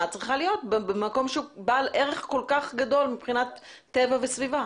צריכה להיות במקום שהוא בעל ערך כל כך גדול מבחינת טבע וסביבה.